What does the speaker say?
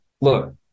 look